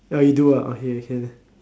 oh you do ah okay can